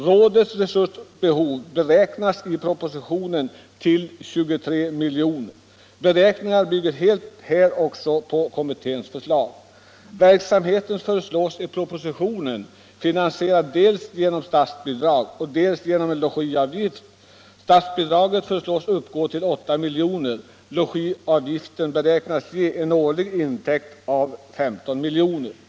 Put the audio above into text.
Rådets resursbehov beräknas i propositionen till 23 milj.kr. Beräkningarna bygger helt på kommitténs förslag. Verksamheten föreslås i propositionen finansierad dels genom statsbidrag, dels genom en logiavgift. Statsbidraget föreslås uppgå till 8 milj.kr., logiavgiften beräknas ge en årlig intäkt av 15 milj.kr.